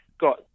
got